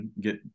get